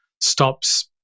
stops